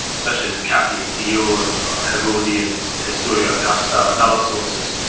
such as cassius dio's, or herodian's, or the historia augusta, and other sources.